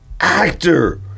actor